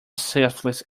selfless